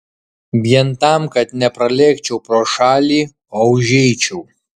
vien tam kad nepralėkčiau pro šalį o užeičiau